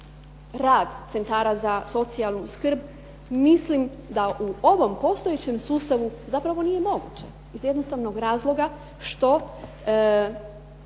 rad centara za socijalnu skrb, mislim da u ovom postojećem sustavu zapravo nije moguće iz jednostavnog razloga što